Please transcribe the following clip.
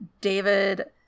David